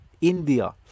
India